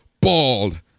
bald